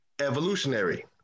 evolutionary